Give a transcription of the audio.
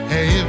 Hey